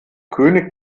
könig